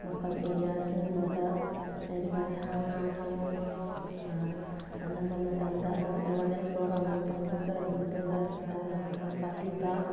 ꯃꯐꯝ ꯑꯦꯔꯤꯌꯥꯁꯤꯡꯕꯨꯗ ꯂꯩꯔꯤꯕ ꯁꯥ ꯉꯥꯁꯤꯡ ꯑꯅꯝꯕ ꯃꯇꯝꯗ ꯑꯗꯨꯝ ꯑꯦꯋꯥꯔꯅꯦꯁ ꯄ꯭ꯔꯣꯒ꯭ꯔꯥꯝ ꯑꯃ ꯄꯥꯡꯊꯣꯛꯆꯔꯕ ꯃꯇꯨꯡꯗ ꯍꯤꯗꯥꯛ ꯂꯥꯡꯊꯛ ꯀꯥꯞꯄꯤꯕ